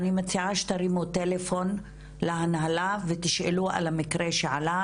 אני מציעה שתרימו טלפון להנהלה ותשאלו על המקרה שעלה,